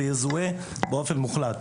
זה יזוהה באופן מוחלט.